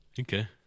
Okay